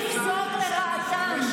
ולפסוק לרעתם,